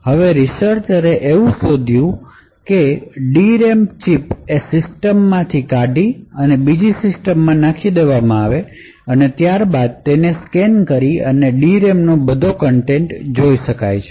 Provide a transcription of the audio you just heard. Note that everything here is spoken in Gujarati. હવે રિસર્ચરે એવું શોધ્યું કે d રેમ ચિપ એ સિસ્ટમ માંથી કાઢી અને બીજી સિસ્ટમ માં નાખી ત્યારબાદ તેને સ્કેન કરી અને d રેમ નો બધો કન્ટેન્ટ જોઈ શકાય છે